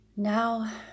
Now